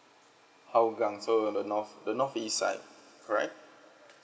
hougang so the north the north east side correct